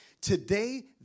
Today